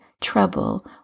trouble